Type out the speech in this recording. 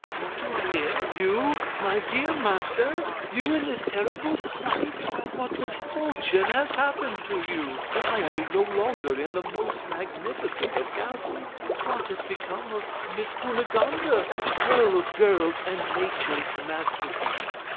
what do i hear? you, my dear master! you in this terrible plight! what misfortune has happened to you? why are you no longer in the most magnificent of castles? what has become of miss cunegonde and the pearl of girls, and nature's masterpiece?